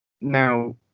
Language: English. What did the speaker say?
Now